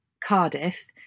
Cardiff